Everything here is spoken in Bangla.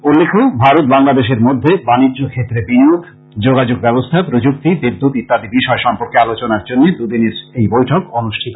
উল্লেখ্য ভারত বাংলাদেশের মধ্যে বাণিজ্য ক্ষেত্রে বিনিয়োগ যোগাযোগ ব্যবস্থা প্রযুক্তি বিদ্যুৎ ইত্যাদি বিষয় সম্পর্কে আলোচনার জন্য দুদিনের এই বৈঠক অনুষ্ঠিত হয়